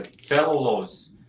cellulose